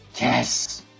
yes